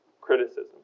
criticism